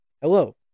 Hello